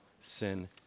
sin